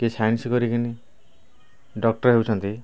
କିଏ ସାଇନ୍ସ୍ କରିକିନି ଡକ୍ଟର୍ ହେଉଛନ୍ତି